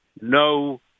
no